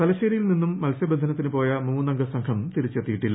തലശ്ശേരിയിൽ നിന്ന് മത്സ്യബന്ധനത്തിന് പോയ മൂന്നംഗസംഘം തിരിച്ചെത്തിയില്ല